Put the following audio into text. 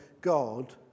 God